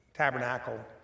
Tabernacle